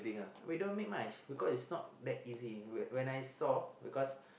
no we don't make much because it's not that easy whe~ when I saw because